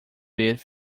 ver